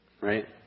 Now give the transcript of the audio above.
right